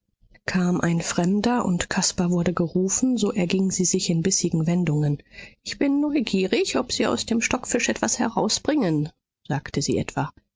kam ein fremder und caspar wurde gerufen so erging sie sich in bissigen wendungen ich bin neugierig ob sie aus dem stockfisch etwas herausbringen sagte sie etwa